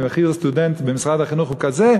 ומחיר סטודנט במשרד החינוך הוא כזה,